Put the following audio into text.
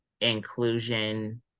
inclusion